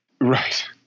Right